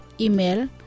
Email